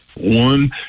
One